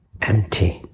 empty